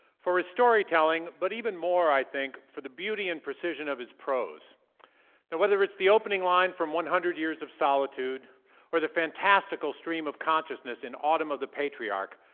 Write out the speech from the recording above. for his storytelling, but even more, i think, for the beauty and precision of his prose. and whether it's the opening line from one hundred years of solitude or the fantastical stream of consciousness in autumn of the patriarch,